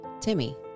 Timmy